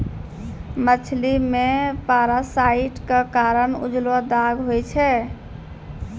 मछली मे पारासाइट क कारण उजलो दाग होय छै